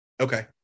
Okay